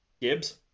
Gibbs